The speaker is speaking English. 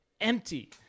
empty